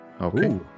Okay